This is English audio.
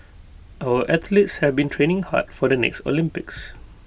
our athletes have been training hard for the next Olympics